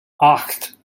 acht